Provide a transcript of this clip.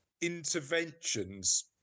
interventions